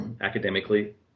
academically